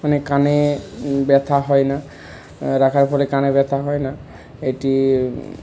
মানে কানে ব্যাথা হয় না রাখার পরে কানে ব্যথা হয় না এটি